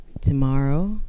Tomorrow